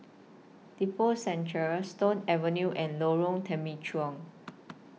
Lippo Centre Stone Avenue and Lorong Temechut